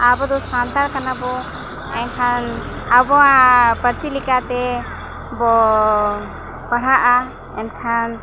ᱟᱵᱚ ᱫᱚ ᱥᱟᱱᱛᱟᱲ ᱠᱟᱱᱟᱵᱚᱱ ᱮᱱᱠᱷᱟᱱ ᱟᱵᱚᱣᱟᱜ ᱯᱟᱹᱨᱥᱤ ᱞᱮᱠᱟᱛᱮ ᱵᱚᱱ ᱯᱟᱲᱦᱟᱜᱼᱟ ᱮᱱᱠᱷᱟᱱ